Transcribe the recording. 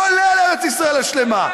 כולל ארץ-ישראל השלמה.